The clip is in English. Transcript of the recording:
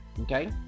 okay